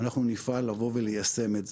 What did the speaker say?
ואנחנו נפעל ליישם את זה.